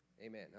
Amen